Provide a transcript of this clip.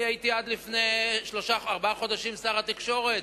אני הייתי עד לפני שלושה-ארבעה חודשים שר התקשורת,